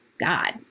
God